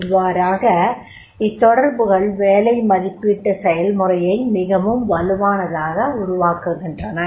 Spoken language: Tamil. இவ்வாறாக இத்தொடர்புகள் வேலை மதிப்பீட்டு செயல்முறையை மிகவும் வலுவானதாக உருவாக்குகின்றன